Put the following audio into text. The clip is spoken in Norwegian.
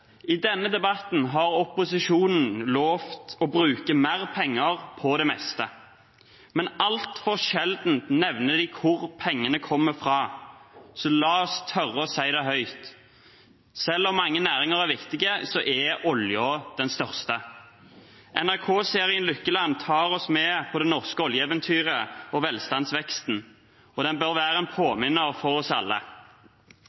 I denne debatten har opposisjonen lovet å bruke mer penger på det meste, men altfor sjelden nevner de hvor pengene kommer fra. Så la oss tørre å si det høyt: Selv om mange næringer er viktige, er oljen den største. NRK-serien Lykkeland tar oss med på det norske oljeeventyret og velstandsveksten, og den bør være en